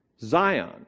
Zion